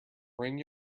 bring